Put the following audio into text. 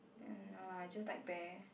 and no lah I just like bear